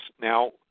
Now